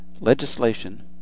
Legislation